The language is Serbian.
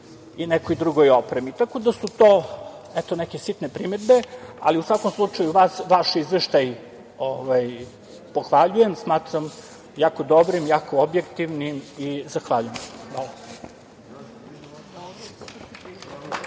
i nekoj drugoj opremi. Tako da su to, eto, neke sitne primedbe, ali u svakom slučaju vaš izveštaj pohvaljujem, smatram jako dobrim, jako objektivnim i zahvaljujem